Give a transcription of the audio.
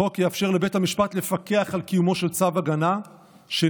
החוק יאפשר לבית המשפט לפקח על קיומו של צו הגנה שניתן,